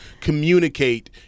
communicate